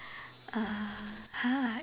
uh !huh!